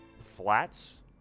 Flats